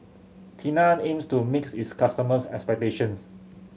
Tena aims to mix its customers' expectations